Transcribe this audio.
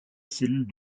cellule